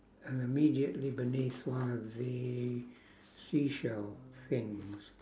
and immediately beneath one of the seashell things